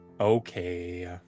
Okay